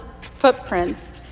footprints